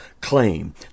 claim